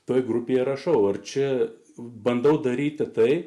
toje grupėje rašau ar čia bandau daryti tai